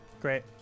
Great